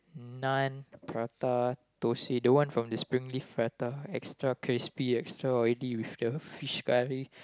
naan prata thosai the one from the Springleaf prata extra crispy extra oily with the fish garlic